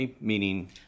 meaning